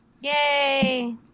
yay